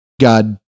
God